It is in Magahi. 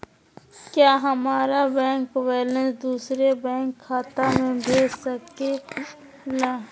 क्या हमारा बैंक बैलेंस दूसरे बैंक खाता में भेज सके ला?